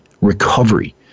recovery